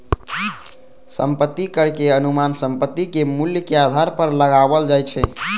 संपत्ति कर के अनुमान संपत्ति के मूल्य के आधार पर लगाओल जाइ छै